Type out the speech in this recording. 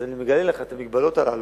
אז אני מגלה לך את המגבלות הללו,